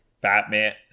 Batman